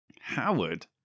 Howard